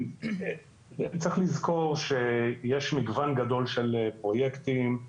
צריך לזכור שיש מגוון גדול של פרויקטים,